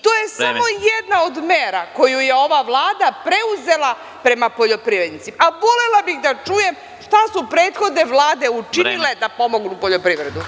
To je samo jedna od mera koju je ova Vlada preuzela prema poljoprivrednicima, a volela bih da čujem šta su prethodne vlade učinile da pomognu poljoprivredu.